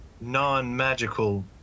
non-magical